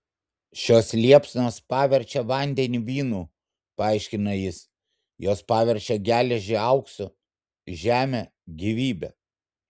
šios liepsnos paverčia vandenį vynu paaiškina jis jos paverčia geležį auksu žemę gyvybe